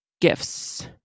gifts